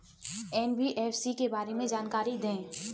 NBFC के बारे में जानकारी दें?